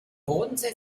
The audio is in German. bodensee